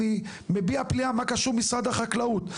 אני מביע פליאה מה קשור משרד החקלאות.